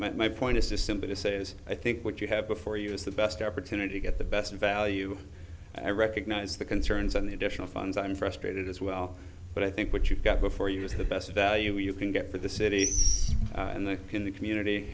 my point is simply this is i think what you have before you is the best opportunity to get the best value i recognize the concerns and the additional funds i'm frustrated as well but i think what you've got before you is the best value you can get for the city and then in the community